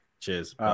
Cheers